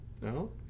No